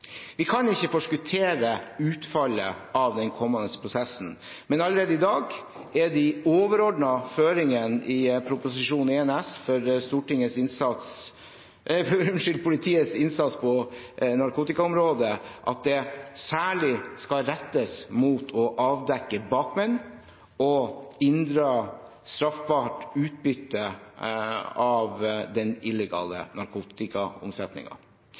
Vi kan ikke forskuttere utfallet av den kommende prosessen. Allerede i dag er de overordnede føringene i Prop. 1 S når det gjelder politiets innsats på narkotikaområdet, at det særlig skal rettes mot å avdekke bakmenn og inndra straffbart utbytte av den illegale